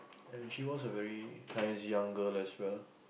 and she was a very nice young girl as well